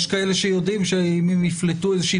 יש כאלה שיודעים שאם הם יפלטו איזושהי